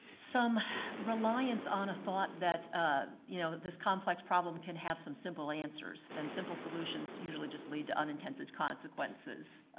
some reliance on a thought that ah you know this complex problem can have some simple answers. and simple solutions usually just lead to unintended consequences.